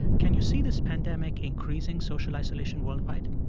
can you see this pandemic increasing social isolation worldwide?